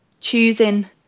choosing